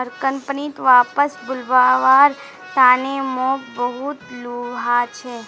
कंपनीत वापस बुलव्वार तने मोक बहुत लुभाले